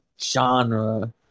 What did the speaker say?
genre